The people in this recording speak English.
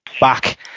back